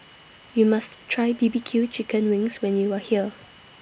YOU must Try B B Q Chicken Wings when YOU Are here